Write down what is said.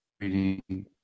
Reading